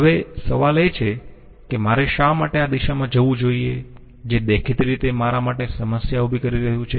હવે સવાલ એ છે કે મારે શા માટે આ દિશામાં જવું જોઈયે જે દેખીતી રીતે મારા માટે સમસ્યા ઉભી કરી રહ્યું છે